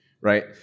right